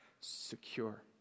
secure